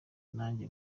nanjye